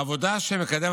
העבודה שמקדם